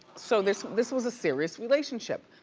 so this this was a serious relationship.